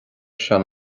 seán